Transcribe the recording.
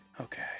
Okay